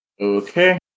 Okay